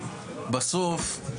בסוף,